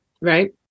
Right